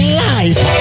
life